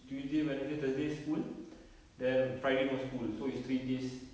tuesday wednesday thursday school then friday no school so it's three days